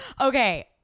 Okay